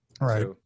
right